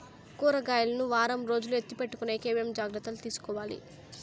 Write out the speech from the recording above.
కూరగాయలు ను వారం రోజులు ఎత్తిపెట్టుకునేకి ఏమేమి జాగ్రత్తలు తీసుకొవాలి?